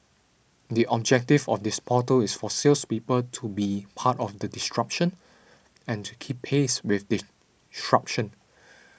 the objective of this portal is for salespeople to be part of the disruption and to keep pace with disruption